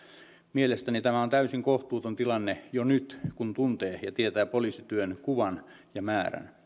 mielestäni tämä on täysin kohtuuton tilanne jo nyt kun tuntee ja tietää poliisityön työnkuvan ja määrän